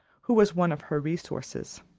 who was one of her resources.